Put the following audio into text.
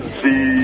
see